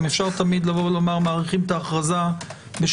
גם אפשר תמיד לומר: מאריכים את ההכרזה בשבועיים